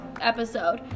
episode